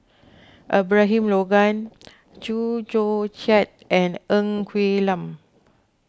Abraham Logan Chew Joo Chiat and Ng Quee Lam